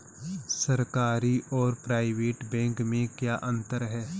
सरकारी और private bank में क्या अंतर है?